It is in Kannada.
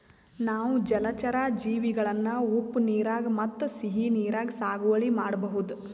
ನಾವ್ ಜಲಚರಾ ಜೀವಿಗಳನ್ನ ಉಪ್ಪ್ ನೀರಾಗ್ ಮತ್ತ್ ಸಿಹಿ ನೀರಾಗ್ ಸಾಗುವಳಿ ಮಾಡಬಹುದ್